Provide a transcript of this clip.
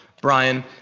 Brian